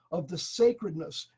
of the sacredness,